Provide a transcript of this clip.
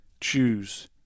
choose